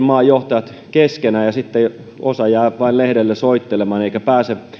maan johtajat neuvottelevatkin keskenään ja sitten osa jää vain lehdelle soittelemaan eikä pääse